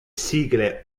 sigle